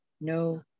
no